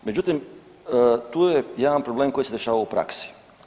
Međutim, tu je jedan problem koji se dešava u praksi.